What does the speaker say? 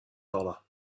dollar